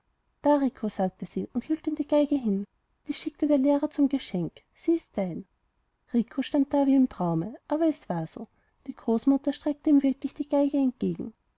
sagte sie und hielt ihm die geige hin die schickt dir der lehrer zum geschenk sie ist dein rico stand da wie im traume aber es war so die großmutter streckte ihm wirklich die geige entgegen